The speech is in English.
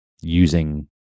using